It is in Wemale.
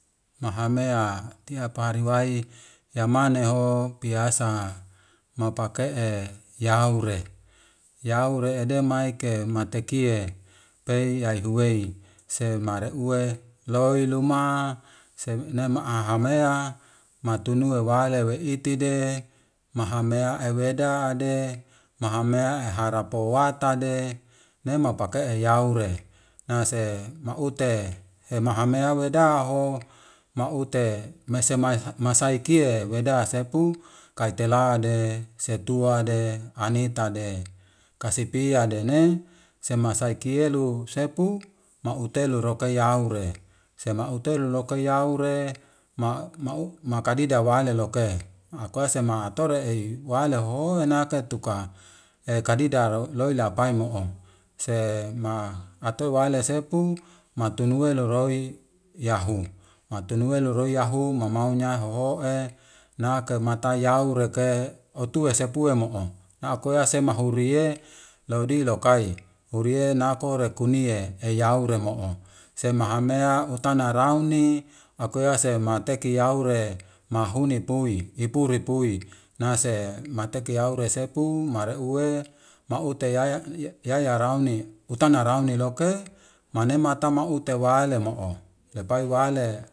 Mahamea tiap hari wai yamaneho piasa mapake'e yaure, yaure ede mike matekiye pei yaiy huwei semare uwe loluma senema ehamea matunue wile weitede mahema ewede ade, mahamea eharapo watade nemapake'e yaure nase maute emahamea wedaho mute mese mai masaikie weda sepu kaitelde, setuade, anitde kasipidene semasai kiyelu sepu mautelu roke yaure sema utele loka yaure makadidi wali lokae akuese ma atoreey waleho enake tuka ekadida loi lapai mo'o sem atoi waile sepu matulue loroi yaahu, matulue loroi yahu mamau nyahohoe nake matae yaureke otue sepue mo'o naakuese mahuriye lodilokai hirie nako rekuni eyaure mo'o, sema hamea utana rauni akuase mateki yaure mahuni pui, iputi pui, nase mateki yaure supu mareuwe maute yaya raune utane raune loke manemataa ute waile mo'o lepai waile.